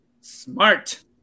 Smart